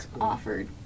offered